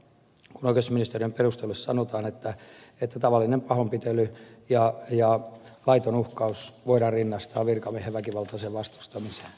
oikeusministeriön perusteluissa sanotaan että tavallinen pahoinpitely ja laiton uhkaus voidaan rinnastaa virkamiehen väkivaltaiseen vastustamiseen